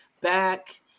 back